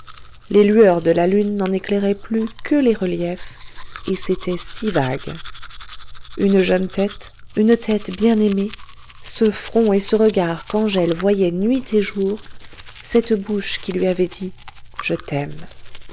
les lueurs de la lune n'en éclairaient plus que les reliefs et c'était si vague une jeune tête une tête bien-aimée ce front et ce regard qu'angèle voyait nuit et jour cette bouche qui lui avait dit je t'aime